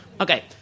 Okay